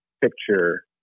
picture